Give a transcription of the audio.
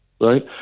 right